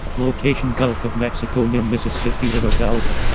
location gulf of mexico near mississippi river delta.